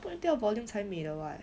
不一定要有 volume 才会美的 [what]